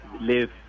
live